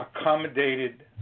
accommodated